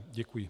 Děkuji.